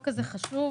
החוק הזאת חשובה.